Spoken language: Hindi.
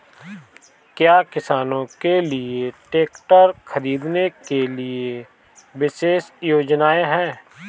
क्या किसानों के लिए ट्रैक्टर खरीदने के लिए विशेष योजनाएं हैं?